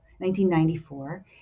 1994